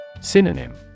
Synonym